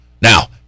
now